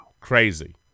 Crazy